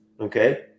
Okay